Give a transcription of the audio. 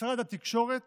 משרד התקשורת